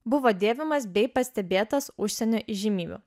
buvo dėvimas bei pastebėtas užsienio įžymybių